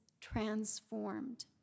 transformed